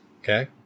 Okay